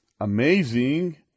amazing